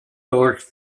source